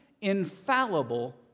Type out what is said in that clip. infallible